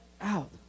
out